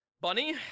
Bunny